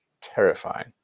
terrifying